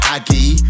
Aggie